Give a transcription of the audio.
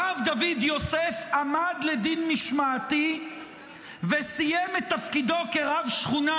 הרב דוד יוסף עמד לדין משמעתי וסיים את תפקידו כרב שכונה,